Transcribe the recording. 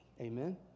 Amen